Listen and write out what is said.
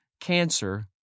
cancer